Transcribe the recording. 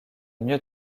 mieux